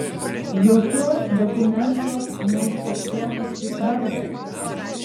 jokiuos dokumentuos neužfiksuotas šis vardas